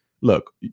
look